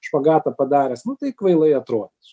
špagatą padaręs nu tai kvailai atrodys